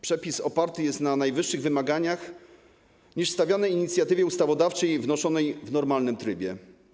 Przepis oparty jest na wyższych wymaganiach niż te stawiane inicjatywie ustawodawczej wnoszonej w normalnym trybie.